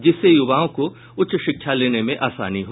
जिससे युवाओं को उच्च शिक्षा लेने में आसानी हो